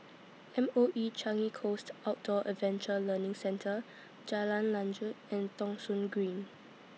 M O E Changi Coast Outdoor Adventure Learning Centre Jalan Lanjut and Thong Soon Green